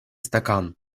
стакан